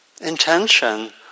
intention